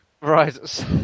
Right